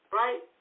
right